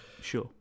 Sure